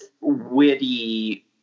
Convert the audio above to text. witty